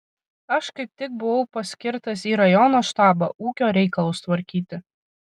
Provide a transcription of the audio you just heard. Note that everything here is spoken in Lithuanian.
aš kaip tik buvau paskirtas į rajono štabą ūkio reikalus tvarkyti